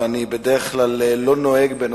ואני בדרך כלל לא נוהג ליזום הצעות